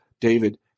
David